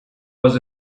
was